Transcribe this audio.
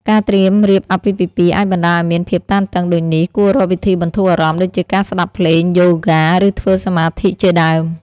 ការត្រៀមរៀបអាពាហ៍ពិពាហ៍អាចបណ្តាលឱ្យមានភាពតានតឹងដូចនេះ គួររកវិធីបន្ធូរអារម្មណ៍ ដូចជាការស្តាប់ភ្លេង យូហ្គា ឬធ្វើសមាធិជាដើម ។